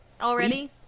already